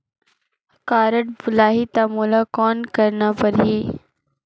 Card भुलाही ता मोला कौन करना परही?